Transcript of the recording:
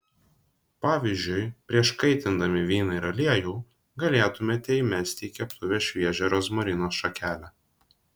pavyzdžiui prieš kaitindami vyną ir aliejų galėtumėte įmesti į keptuvę šviežią rozmarino šakelę